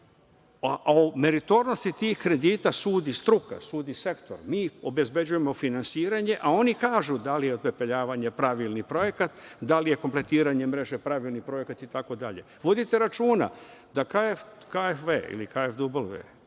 o meritornosti tih kredita sudi struka, sudi sektor, mi obezbeđujemo finansiranje, a oni kažu da li je opepeljavanje pravilni projekat, da li je kompletiranje mreže pravilni projekat, itd. Vodite računa da KFW ima 10